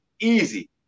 Easy